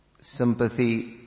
sympathy